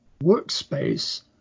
workspace